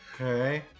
Okay